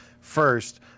first